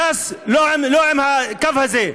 ש"ס לא עם הקו הזה,